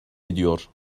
ediyor